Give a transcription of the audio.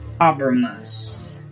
Abramus